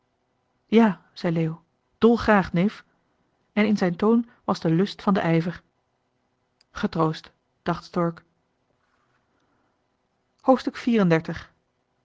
ja zei leo dolgraag neef en in zijn toon was de lust van den ijver getroost dacht stork